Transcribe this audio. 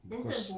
of course